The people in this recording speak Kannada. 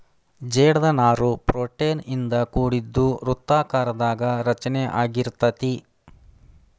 ಜೇಡದ ನಾರು ಪ್ರೋಟೇನ್ ಇಂದ ಕೋಡಿದ್ದು ವೃತ್ತಾಕಾರದಾಗ ರಚನೆ ಅಗಿರತತಿ